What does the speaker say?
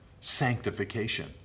sanctification